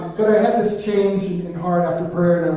had this change in heart, after prayer,